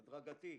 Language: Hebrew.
הדרגתי,